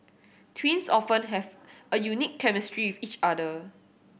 twins often have a unique chemistry with each other